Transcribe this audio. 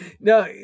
No